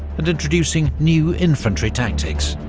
and introducing new infantry tactics.